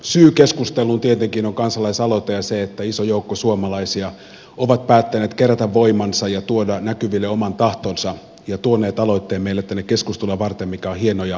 syy keskusteluun tietenkin on kansalaisaloite ja se että iso joukko suomalaisia on päättänyt kerätä voimansa ja tuoda näkyville oman tahtonsa ja tuoda aloitteen meille tänne keskustelua varten mikä on hieno ja tärkeä asia